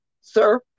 sir